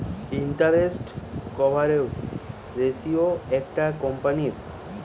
interest coverage ratio একটা কোম্পানীর